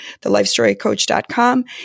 thelifestorycoach.com